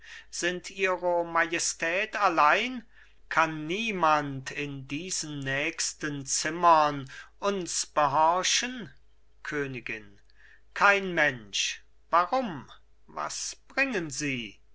sind ihre majestät allein kann niemand in diesen nächsten zimmern uns behorchen königin kein mensch warum was bringen sie